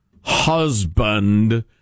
husband